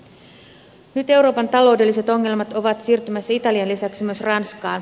nyt euroopan taloudelliset ongelmat ovat siirtymässä italian lisäksi myös ranskaan